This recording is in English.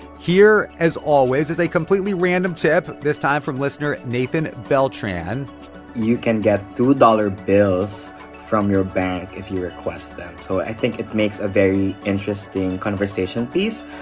here, as always, is a completely random tip, this time from listener nathan beltran you can get two dollars bills from your bank if you request them. so i think it makes a very interesting conversation piece.